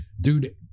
dude